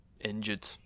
injured